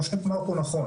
מה שנאמר פה הוא נכון.